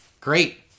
great